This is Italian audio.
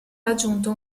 raggiunto